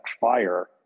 fire